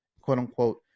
quote-unquote